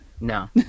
No